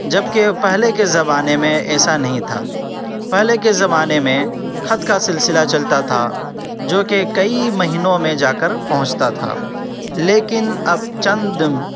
جبکہ پہلے کے زمانے میں ایسا نہیں تھا پہلے کے زمانے میں خط کا سلسلہ چلتا تھا جوکہ کئی مہینوں میں جا کر پہنچتا تھا لیکن اب چند